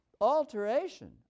alteration